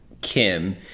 Kim